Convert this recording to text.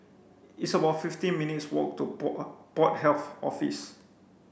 it's about fifteen minutes' walk to Port Health Office